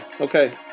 okay